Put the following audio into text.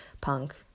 punk